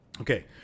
Okay